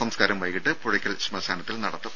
സംസ്കാരം വൈകീട്ട് പുഴയ്ക്കൽ ശ്മശാനത്തിൽ നടത്തും